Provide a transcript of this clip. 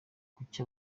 kuki